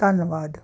ਧੰਨਵਾਦ